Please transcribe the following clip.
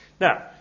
Now